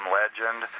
legend